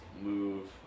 move